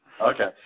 Okay